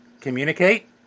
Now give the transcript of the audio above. communicate